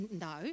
no